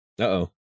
Uh-oh